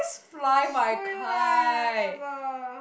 screw you lah I never